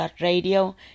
Radio